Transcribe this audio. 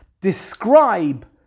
describe